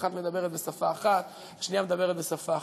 אחת מדברת בשפה אחת והשנייה מדברת בשפה אחרת.